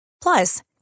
Plus